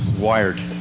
wired